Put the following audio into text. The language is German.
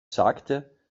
sagte